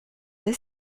the